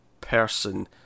person